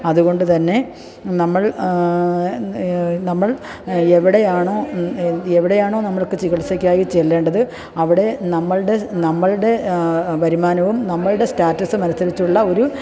അതുകൊണ്ട് തന്നെ നമ്മൾ നമ്മൾ എവിടെയാണ് എവിടെയാണോ നമ്മൾക്ക് ചികിത്സയ്ക്കായി ചെല്ലേണ്ടത് അവിടെ നമ്മളുടെ നമ്മളുടെ വരുമാനവും നമ്മളുടെ സ്റ്റാറ്റസും അനുസരിച്ചുള്ള ഒരു